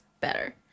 better